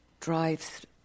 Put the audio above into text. drives